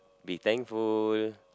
be thankful